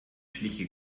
schliche